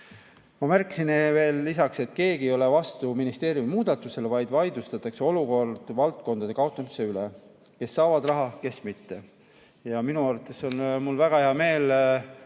Ma märkisin veel lisaks, et keegi ei ole vastu ministeeriumi muudatusele, vaid vaidlustatakse olukord valdkondade kaotamisega, kes saavad raha ja kes mitte. Mul on väga hea meel,